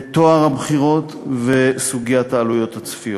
טוהר הבחירות וסוגיית העלויות הצפויות.